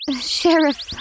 Sheriff